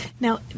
Now